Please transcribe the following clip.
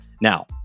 Now